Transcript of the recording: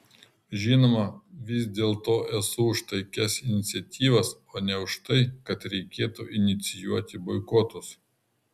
žinoma vis dėlto esu už taikias iniciatyvas o ne už tai kad reikėtų inicijuoti boikotus